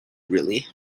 really